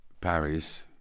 Paris